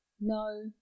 No